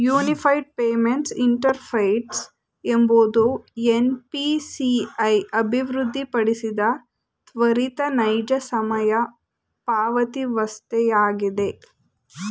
unified payments interface ಎಂಬುದು NPCI ಅಭಿವೃದ್ಧಿಪಡಿಸಿದ ತ್ವರಿತ ನೈಜ ಸಮಯದ ಪಾವತಿವಸ್ಥೆಯಾಗಿದೆ